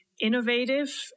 innovative